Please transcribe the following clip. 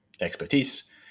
expertise